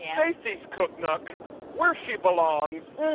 yeah stacy's cook nook where she belongs.